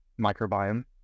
microbiome